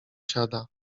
siada